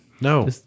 No